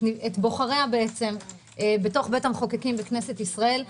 את בוחריה בבית המחוקקים בכנסת ישראל,